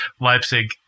Leipzig